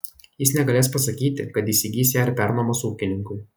jis negalės pasakyti kad įsigys ją ir pernuomos ūkininkui